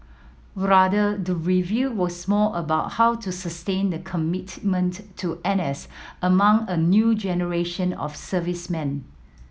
rather the review was more about how to sustain the commitment to N S among a new generation of servicemen